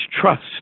trust